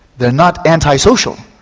they are not anti-social,